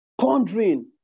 pondering